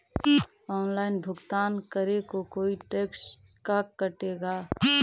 Online भुगतान करे को कोई टैक्स का कटेगा?